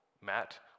Matt